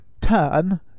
turn